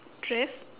dress